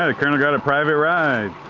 ah colonel got a private ride